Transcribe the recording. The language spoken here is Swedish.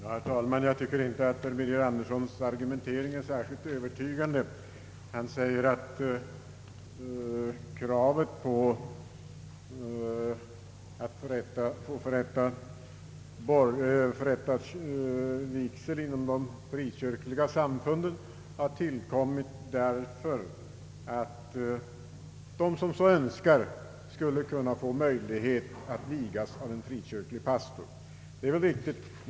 Herr talman! Jag tycker inte att herr Birger Anderssons argumentering är särskilt övertygande. Han säger att möjligheten att förrätta vigsel inom de frikyrkliga samfunden har tillkommit därför att de som så önskar skall kunna vigas av frikyrklig pastor, och det är riktigt.